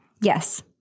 Yes